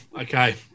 Okay